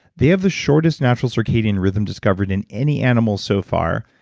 they have the shortest natural circadian rhythm discovered in any animal so far.